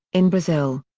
in brazil.